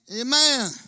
Amen